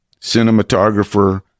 cinematographer